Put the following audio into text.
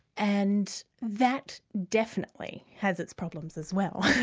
and that definitely has its problems as well,